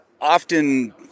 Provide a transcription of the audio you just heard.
Often